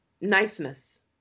niceness